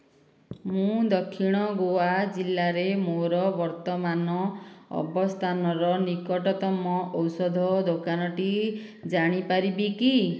ମୁଁ ଦକ୍ଷିଣ ଗୋଆ ଜିଲ୍ଲାରେ ମୋର ବର୍ତ୍ତମାନ ଅବସ୍ଥାନର ନିକଟତମ ଔଷଧ ଦୋକାନଟି ଜାଣିପାରିବି କି